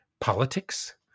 politics